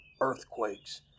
earthquakes